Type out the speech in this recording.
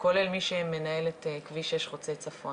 הרי אזרח יודע מה המען שכתוב אצל רשות הרישוי או אצל רשות האוכלוסין.